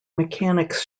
mechanics